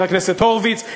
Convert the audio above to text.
וחבר הכנסת הורוביץ,